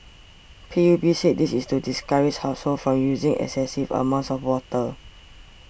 P U B said this is to discourage households from using excessive amounts of water